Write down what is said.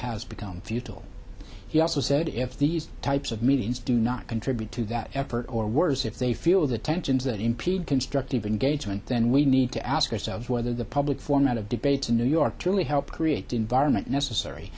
has become futile he also said if these types of meetings do not contribute to that effort or worse if they feel the tensions that impede constructive engagement then we need to ask ourselves whether the public form out of deep to new york truly helped create the environment necessary